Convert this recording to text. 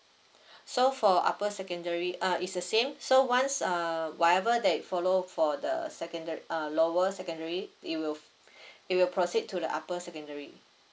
so for upper secondary uh is the same so once err whatever that follow for the seconda~ um lower secondary it will it will proceed to the upper secondary